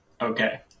Okay